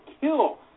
kill